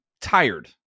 tired